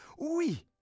oui